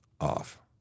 off